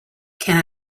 can